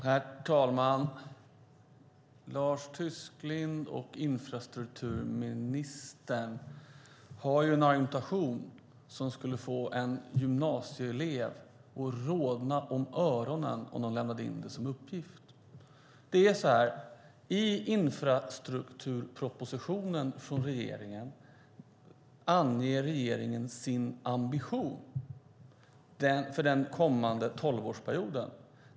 Herr talman! Lars Tysklind och infrastrukturministern har en argumentation som skulle få en gymnasieelev att rodna om öronen om han eller hon lämnade in den som uppgift. I infrastrukturpropositionen från regeringen anger den sin ambition för den kommande tolvårsperioden.